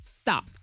stop